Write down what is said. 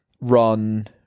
run